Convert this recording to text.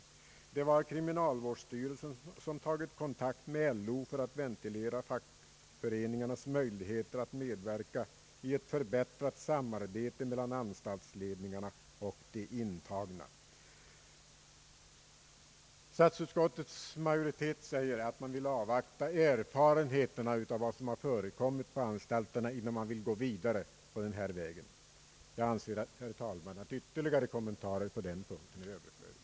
Det var kriminalvårdsstyrelsen som tagit kontakt med LO för att ventilera fackföreningarnas möjligheter att medverka i ett förbättrat samarbete mellan anstaltsledningarna och de intagna.» Statsutskottets majoritet säger att man vill avvakta erfarenheterna av vad som förekommit på anstalterna, innan man överväger att gå vidare på denna väg. Jag anser, herr talman, att ytterligare kommentarer på den punkten är överflödiga.